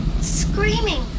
screaming